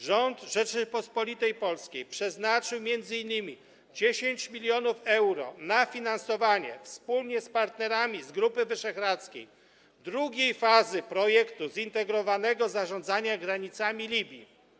Rząd Rzeczypospolitej Polskiej przeznaczył m.in. 10 mln euro na finansowanie wspólnie z partnerami z Grupy Wyszehradzkiej drugiej fazy projektu zintegrowanego zarządzania granicami Libii.